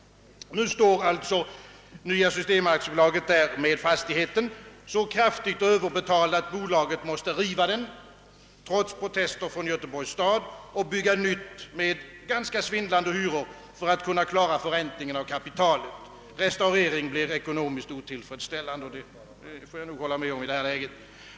Nu står alltså Nya System AB med fastigheten, som man överbetalt så kraftigt, att man måste riva huset, trots protester från Göteborgs stad, och bygga ett nytt med ganska svindlande hyror för att förräntningen av kapitalet skall klaras. Restaurering blir ekonomiskt otillfredsställande, vilket jag får hålla med om i detta läge.